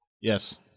Yes